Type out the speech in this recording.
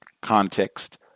context